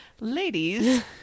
Ladies